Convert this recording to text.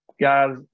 Guys